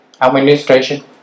administration